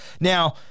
Now